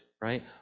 right